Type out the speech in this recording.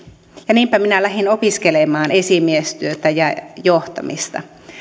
niinpä minä lähdin opiskelemaan esimiestyötä ja johtamista